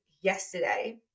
yesterday